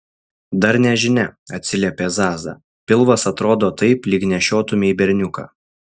dar nežinia atsiliepė zaza pilvas atrodo taip lyg nešiotumei berniuką